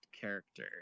character